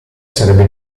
sarebbe